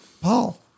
Paul